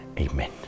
Amen